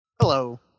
hello